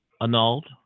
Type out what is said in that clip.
annulled